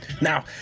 now